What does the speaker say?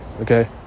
okay